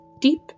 deep